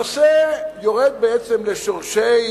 הנושא יורד בעצם לשורשי